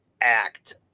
act